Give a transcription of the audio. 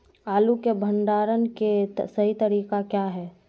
आलू के भंडारण के सही तरीका क्या है?